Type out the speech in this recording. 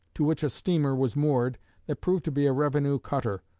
to which a steamer was moored that proved to be a revenue cutter,